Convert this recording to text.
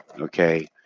okay